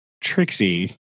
Trixie